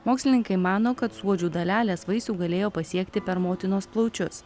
mokslininkai mano kad suodžių dalelės vaisių galėjo pasiekti per motinos plaučius